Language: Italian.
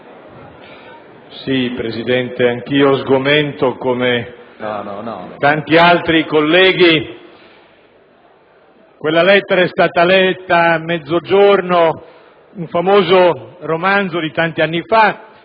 Presidente, anch'io nutro sgomento, come tanti altri colleghi. La lettera è stata letta a mezzogiorno. Un famoso romanzo di tanti anni fa